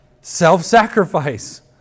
self-sacrifice